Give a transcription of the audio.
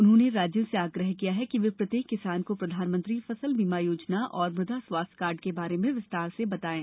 उन्होंने राज्यों से आग्रह किया कि वे प्रत्येक किसान को प्रधानमंत्री फसल बीमा योजना और मृदा स्वास्थ्य कार्ड के बारे में विस्तार से बताएं